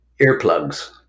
earplugs